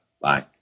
Bye